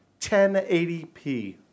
1080p